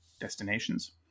destinations